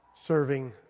serving